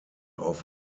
auf